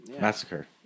Massacre